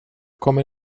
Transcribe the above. kommer